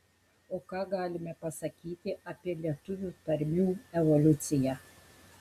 o ką galime pasakyti apie lietuvių tarmių evoliuciją